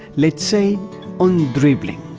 let's say on dribbling,